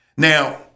Now